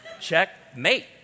Checkmate